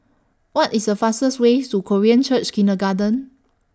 What IS The fastest Way to Korean Church Kindergarten